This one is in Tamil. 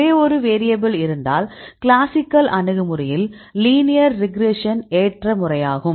ஒரே ஒரு வேரியபில் இருந்தால் கிளாசிக்கல் அணுகுமுறையில் லீனியர் ரிக்ரேஷன் ஏற்ற முறையாகும்